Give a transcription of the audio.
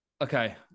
Okay